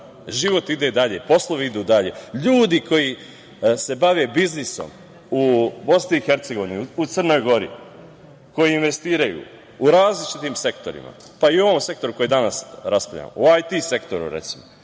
Život ide dalje, poslovi idu dalje. Ljudi koji se bave biznisom u BiH, u Crnoj Gori, koji investiraju u različitim sektorima, pa i u ovom sektoru koji danas raspravljamo, o IT sektoru, recimo,